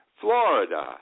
Florida